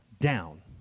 down